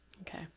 Okay